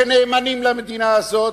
שנאמנים למדינה הזאת,